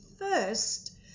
First